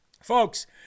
folks